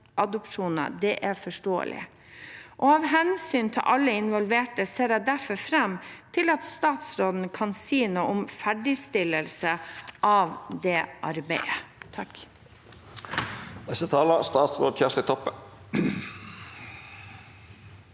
utenlandsadopsjoner, er forståelig. Av hensyn til alle involverte ser jeg derfor fram til at statsråden kan si noe om ferdigstillelse av det arbeidet.